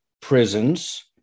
prisons